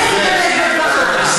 אני קורא אותך לסדר בפעם הראשונה.